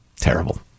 Terrible